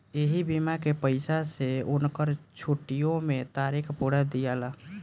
ऐही बीमा के पईसा से उनकर छुट्टीओ मे तारीख पुरा दियाला